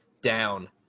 down